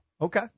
okay